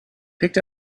picked